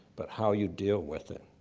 but how you deal with it.